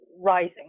rising